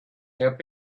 help